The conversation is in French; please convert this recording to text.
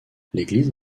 l’église